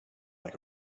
like